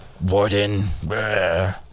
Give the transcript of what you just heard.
warden